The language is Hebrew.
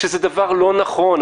שזה דבר לא נכון.